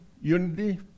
unity